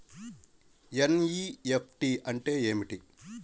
NEFT అంటే ఏమిటి?